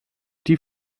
die